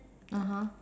(uh huh)